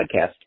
podcast